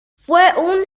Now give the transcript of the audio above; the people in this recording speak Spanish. fue